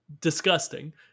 Disgusting